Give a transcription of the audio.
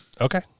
Okay